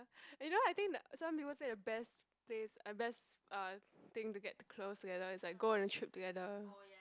you know I think that some people say the best place uh best uh thing to get to close together is like go on trip together